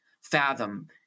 fathom